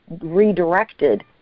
redirected